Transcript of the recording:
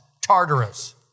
Tartarus